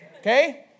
Okay